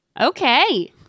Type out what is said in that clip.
Okay